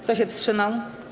Kto się wstrzymał?